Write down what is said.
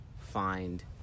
find